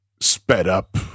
sped-up